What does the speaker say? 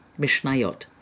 Mishnayot